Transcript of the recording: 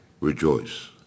rejoice